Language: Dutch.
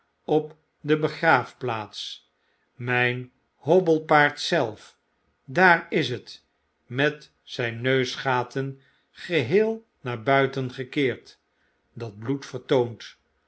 op de begraafplaats myn hobbelpaard zelf daar is net met zijn neusgaten geheel naar buiten gekeerd dat bloed vertoont